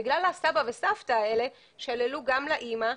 בגלל הסבא וסבתא האלה שללו גם לאמא,